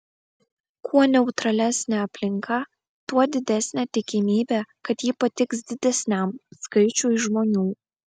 kuo neutralesnė aplinka tuo didesnė tikimybė kad ji patiks didesniam skaičiui žmonių